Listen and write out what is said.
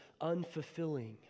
unfulfilling